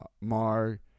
Mar